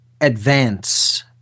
advance